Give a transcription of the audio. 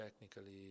technically